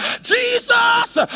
Jesus